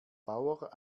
bauer